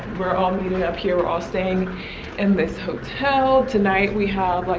we're all meeting up here. we're all staying in this hotel. tonight we have, like